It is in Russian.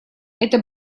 это